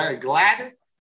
Gladys